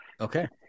Okay